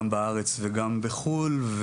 גם בארץ וגם בחו"ל.